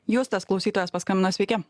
justas klausytojas paskambino sveiki